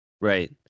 right